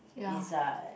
is uh